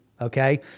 okay